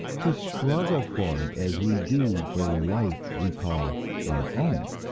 to struggle for it as we do for the life we call our own.